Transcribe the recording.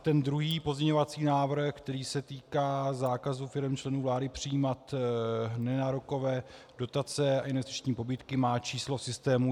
A ten druhý pozměňovací návrh, který se týká zákazu firem členů vlády přijímat nenárokové dotace a investiční pobídky, má číslo v systému 4619.